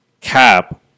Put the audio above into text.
cap